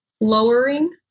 lowering